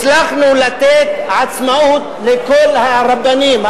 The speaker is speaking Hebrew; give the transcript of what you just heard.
הצלחנו לתת עצמאות לכל הרבנים,